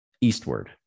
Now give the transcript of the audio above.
eastward